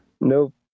Nope